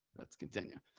let's continue.